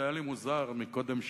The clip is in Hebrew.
היה לי מוזר קודם,